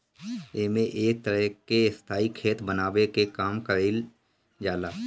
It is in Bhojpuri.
एमे एक तरह के स्थाई खेत बनावे के काम कईल जाला